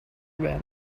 when